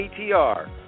ATR